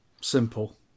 Simple